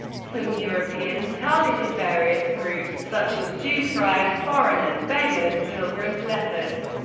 some europeans targeted various groups such as jews, friars, foreigners, beggars, pilgrims, lepers,